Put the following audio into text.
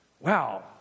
wow